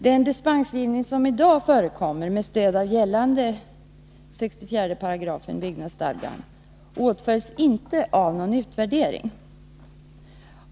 Den dispensgivning som i dag förekommer med stöd av gällande 67 § BS åtföljs inte av någon utvärdering.